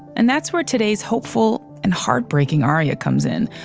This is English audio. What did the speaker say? and that's where today's hopeful and heartbreaking aria comes in.